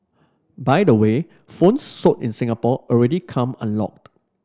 by the way phones sold in Singapore already come unlocked